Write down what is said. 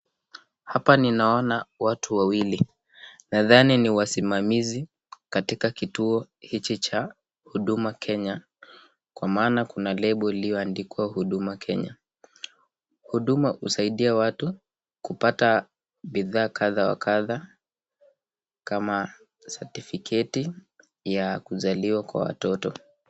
Hapa ninaona watu wawili nadhani ni wasimamizi katika kituo hiki cha huduma kenya kwa maana kuna lable iliyoandikwa huduma kenya. Huduma husaidia watu kupata bidhaa kadha wa kadha kama certificate ya kuzzaliwa kwa watoto.